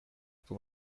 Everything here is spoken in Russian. кто